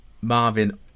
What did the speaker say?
Marvin